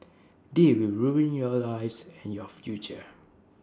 they will ruin your lives and your future